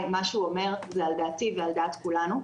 שמה שהוא אומר זה על דעתי ועל דעת כולנו.